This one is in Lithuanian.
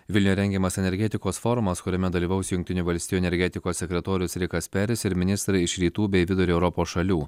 vilniuje rengiamas energetikos forumas kuriame dalyvaus jungtinių valstijų energetikos sekretorius rikas peris ir ministrai iš rytų bei vidurio europos šalių